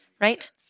right